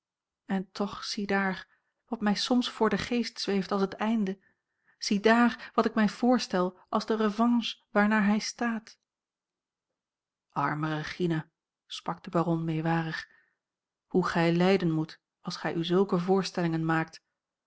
en toch ziedaar wat mij soms voor den geest zweeft als het einde ziedaar wat ik mij voorstel als de revanche waarnaar hij staat arme regina sprak de baron meewarig hoe gij lijden moet als gij u zulke voorstellingen maakt